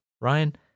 Ryan